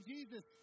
Jesus